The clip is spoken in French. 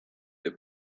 est